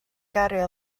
gario